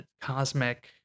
cosmic